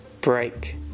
break